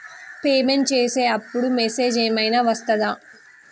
Payment చేసే అప్పుడు message ఏం ఐనా వస్తదా?